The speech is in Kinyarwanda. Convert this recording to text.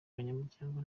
banyamuryango